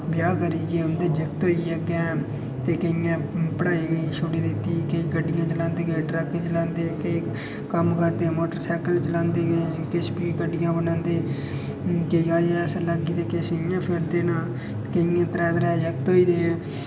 ब्याह् करियै उं'दे जागत् होइये अग्गें ते केइयें पढ़ाई छुड़ी दित्ती किश गड्डियां चलांदे किश ट्रक चलांदे केई कम्म करदे मोटरसाइकल चलांदे केईं किश भी गड्डियां बनांदे किश सरकारी लग्गे दे किश इं'या लग्गे दे न केइयें दे त्रैऽ त्रैऽ जागत होई दे न